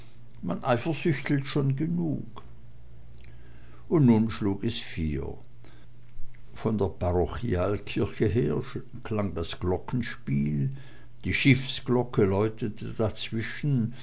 eifersüchtelt schon genug und nun schlug es vier von der parochialkirche her klang das glockenspiel die schiffsglocke läutete dazwischen